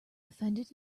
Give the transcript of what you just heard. offended